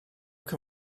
can